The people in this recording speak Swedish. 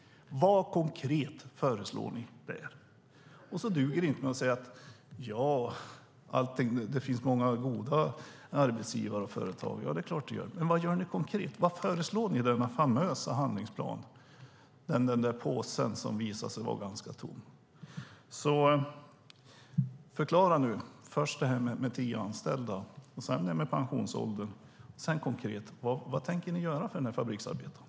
Vad föreslår ni konkret? Det duger inte att säga att det finns många goda arbetsgivare och företag. Det är klart att det gör, men vad gör ni konkret? Vad föreslår ni i denna famösa handlingsplan, den där påsen som visade sig vara ganska tom? Förklara nu först det här med tio anställda, sedan om pensionsåldern och sedan konkret vad ni tänker göra för den här fabriksarbetaren.